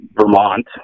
Vermont